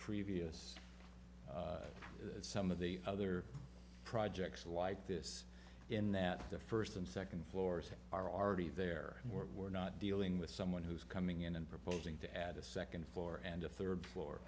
previous some of the other projects like this in that the first and second floors are already there and we're not dealing with someone who's coming in and proposing to add a second floor and a third floor